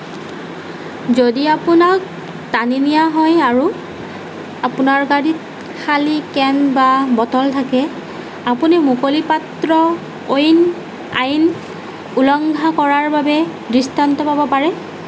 যদি আপোনাক টানি নিয়া হয় আৰু আপোনাৰ গাড়ীত খালী কেন বা বটল থাকে আপুনি মুকলি পাত্ৰ অইন আইন উলংঘা কৰাৰ বাবে দৃষ্টান্ত পাব পাৰে